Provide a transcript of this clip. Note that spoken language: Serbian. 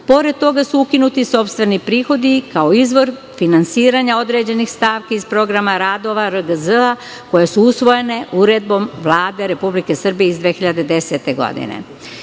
Pored toga su ukinuti sopstveni prihodi, kao izvor finansiranja određenih stavki iz programa radova RGZ, koje su usvojene Uredbom Vlade Republike Srbije iz 2010.